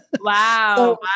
Wow